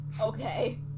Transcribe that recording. Okay